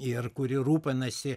ir kuri rūpinasi